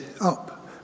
Up